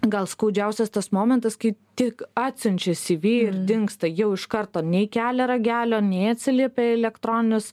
gal skaudžiausias tas momentas kai tik atsiunčia cv ir dingsta jau iš karto nei kelia ragelio nei atsiliepia į elektroninius